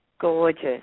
Gorgeous